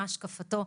מה השקפתו,